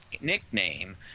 nickname